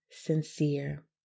sincere